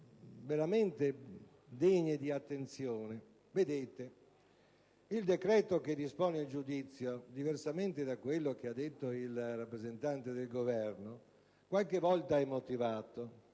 veramente degne di attenzione. Il decreto che dispone il giudizio, diversamente da quanto detto dal rappresentante del Governo, qualche volta è motivato,